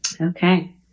Okay